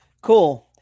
Cool